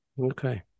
okay